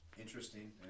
interesting